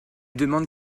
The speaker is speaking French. demande